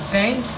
Thank